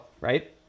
right